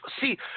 See